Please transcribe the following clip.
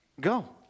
Go